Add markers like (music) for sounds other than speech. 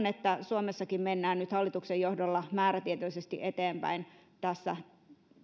(unintelligible) että suomessakin mennään nyt hallituksen johdolla määrätietoisesti eteenpäin